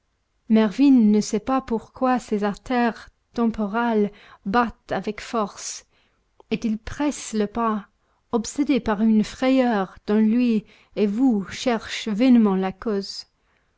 mervyn ne sait pas pourquoi ses artères temporales battent avec force et il presse le pas obsédé par une frayeur dont lui et vous cherchent vainement la cause